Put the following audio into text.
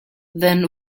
then